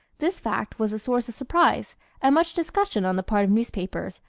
this fact was a source of surprise and much discussion on the part of newspapers,